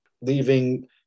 leaving